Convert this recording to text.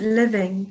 living